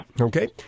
Okay